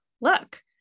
look